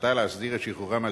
מטרתה להסדיר את שחרורם על-תנאי,